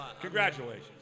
congratulations